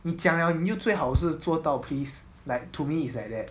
你讲了你就最好是做到 please like to me like that